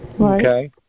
Okay